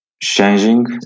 changing